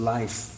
life